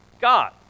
God